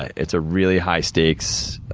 it's a really high stakes,